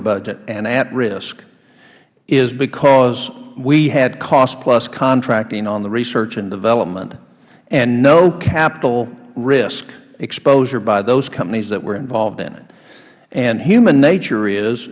at risk is because we had cost plus contracting on the research and development and no capital risk exposure by those companies that were involved in it human nature is